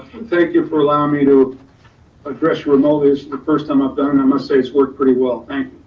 thank you for allowing me to address remotely, is the first time i've done. and i must say it's worked pretty well. thank